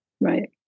Right